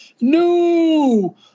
No